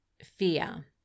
fear